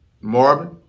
Marvin